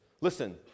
Listen